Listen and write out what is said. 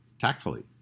tactfully